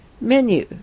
Menu